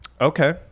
Okay